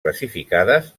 classificades